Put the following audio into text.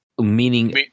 Meaning